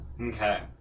okay